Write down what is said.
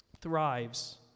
thrives